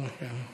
כן.